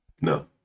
No